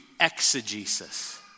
exegesis